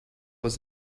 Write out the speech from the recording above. was